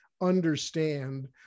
understand